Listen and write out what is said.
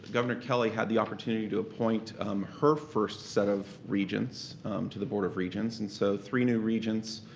governor kelly had the opportunity to appoint her first set of regents to the board of regents and so three new regents